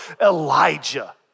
Elijah